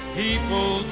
people